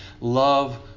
love